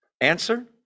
Answer